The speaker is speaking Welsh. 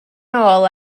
nôl